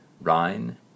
Rhine